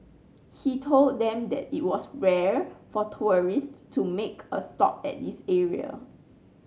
he told them that it was rare for tourists to make a stop at this area